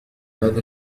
بعد